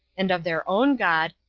and of their own god,